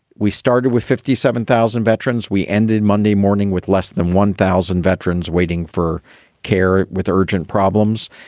we started with fifty seven thousand veterans. we ended monday morning with less than one thousand veterans waiting for care with urgent problems.